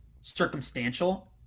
circumstantial